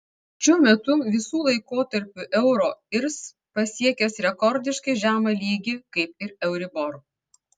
šiuo metu visų laikotarpių euro irs pasiekęs rekordiškai žemą lygį kaip ir euribor